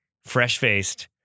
fresh-faced